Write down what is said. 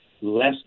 less